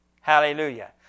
Hallelujah